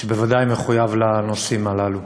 שבוודאי מחויב לנושאים הללו.